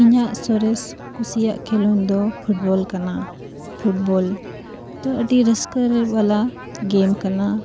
ᱤᱧᱟᱹᱜ ᱥᱚᱨᱮᱥ ᱠᱩᱥᱤᱭᱟᱜ ᱠᱷᱮᱞᱳᱰ ᱫᱚ ᱯᱷᱩᱴᱵᱚᱞ ᱠᱟᱱᱟ ᱯᱷᱩᱴᱵᱚᱞ ᱫᱚ ᱟᱹᱰᱤ ᱨᱟᱹᱥᱠᱟᱹ ᱨᱮ ᱵᱟᱞᱟ ᱜᱮᱢ ᱠᱟᱱᱟ